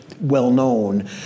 well-known